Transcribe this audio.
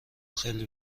خیلی